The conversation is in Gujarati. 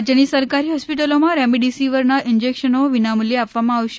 રાજ્યની સરકારી હોસ્પિટલમાં રેમડેસીવીરના ઇન્જેકશનો વિનામૂલ્યે આપવામાં આવશે